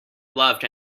loved